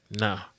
No